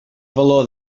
valor